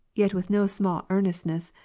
yet with no small earnest ness,